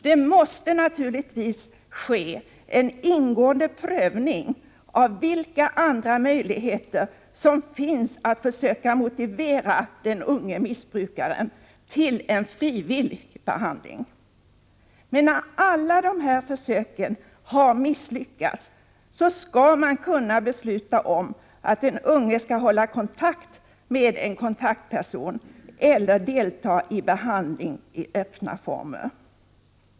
Det måste naturligtvis ske en ingående prövning av vilka andra möjligheter som finns att motivera den unge missbrukaren för en frivillig behandling. När alla dessa försök har misslyckats skall socialnämnden emellertid kunna besluta om att den unge skall hålla kontakt med en kontaktperson eller delta i behandling i öppna former.